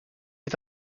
est